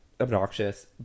obnoxious